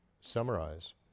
summarize